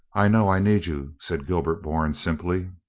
i know i need you, said gilbert bourne simply.